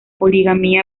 poligamia